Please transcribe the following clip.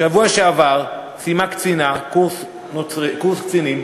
בשבוע שעבר סיימה קצינה קורס קצינים,